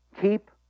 Keep